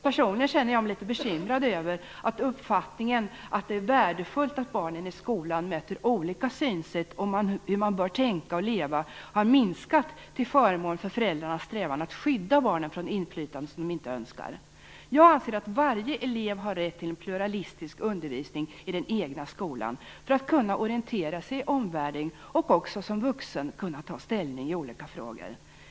Personligen känner jag mig litet bekymrad över att uppfattningen att det är värdefullt att barnen i skolan möter olika synsätt om hur man bör tänka och leva har minskat till förmån för föräldrarnas strävan att skydda barnen från inflytande som de inte önskar. Jag anser att varje elev har rätt till en pluralistisk undervisning i den egna skolan för att kunna orientera sig i omvärlden och också som vuxen kunna ta ställning i olika frågor.